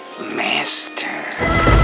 Master